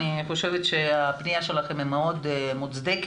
אני חושבת שהפנייה שלכם היא מאוד מוצדקת.